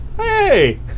hey